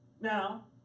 Now